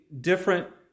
different